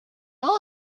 all